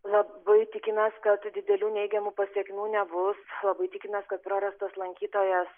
labai tikimės kad didelių neigiamų pasekmių nebus labai tikimės kad prarastas lankytojas